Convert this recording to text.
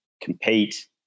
compete